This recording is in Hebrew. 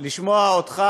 לשמוע אותך,